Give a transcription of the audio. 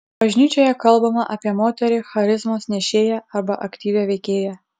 bažnyčioje kalbama apie moterį charizmos nešėją arba aktyvią veikėją